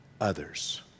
others